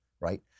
right